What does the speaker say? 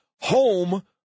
Home